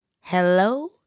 Hello